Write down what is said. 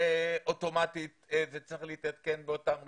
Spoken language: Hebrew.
אוטומטית זה צריך להתעדכן באותן רשימות.